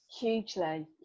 Hugely